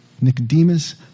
Nicodemus